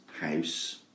house